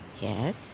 Yes